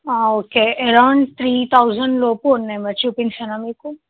okay around three థౌజండ్లోపు ఉన్నాయి మరి చూపించనా మీకు